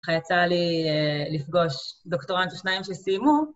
ככה יצא לי לפגוש דוקטורנט או שניים שסיימו...